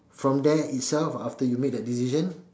from there itself after you make the decision